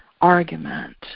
argument